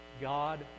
God